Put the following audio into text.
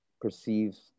perceives